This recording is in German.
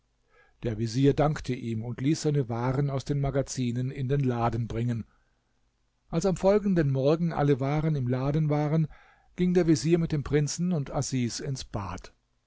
der vezier dankte ihm und ließ seine waren aus den magazinen in den laden bringen als am folgenden morgen alle waren im laden waren ging der vezier mit dem prinzen und asis ins bad